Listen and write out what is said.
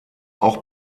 auch